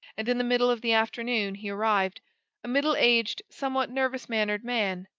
and in the middle of the afternoon he arrived a middle-aged, somewhat nervous-mannered man,